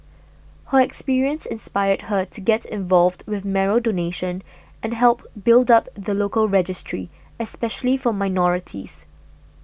her experience inspired her to get involved with marrow donation and help build up the local registry especially for minorities